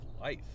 life